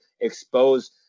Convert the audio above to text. expose